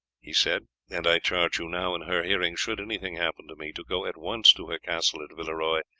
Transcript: he said, and i charge you now in her hearing should anything happen to me to go at once to her castle at villeroy,